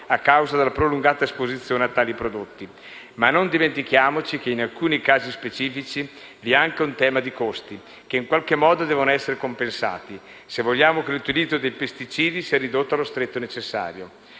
a causa delle prolungata esposizione a tali prodotti. Ma non dimentichiamoci che, in alcuni casi specifici, vi è anche un tema di costi, che in qualche modo devono essere compensati se vogliamo che l'utilizzo dei pesticidi sia ridotto allo stretto necessario.